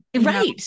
right